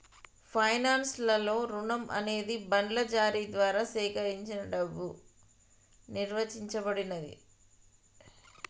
finance లలో రుణం అనేది బాండ్ల జారీ ద్వారా సేకరించిన డబ్బుగా నిర్వచించబడినాది